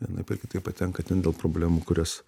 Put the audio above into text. vienaip ar kitaip patenka ten dėl problemų kurios